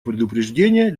предупреждения